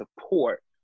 support